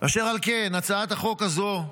אשר על כן, הצעת החוק הזו,